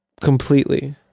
completely